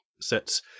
sets